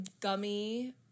gummy